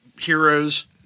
heroes